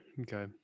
Okay